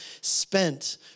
Spent